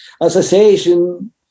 association